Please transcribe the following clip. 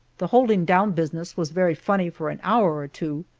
the holding-down business was very funny for an hour or two,